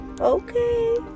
Okay